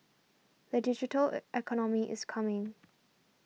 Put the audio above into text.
the digital economy is coming